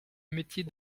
métier